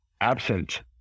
absent